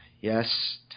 yes